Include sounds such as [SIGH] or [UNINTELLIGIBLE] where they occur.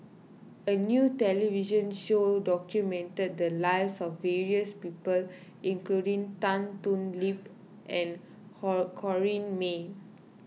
a new television show documented the lives of various people including Tan Thoon Lip and [UNINTELLIGIBLE] Corrinne May